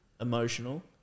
emotional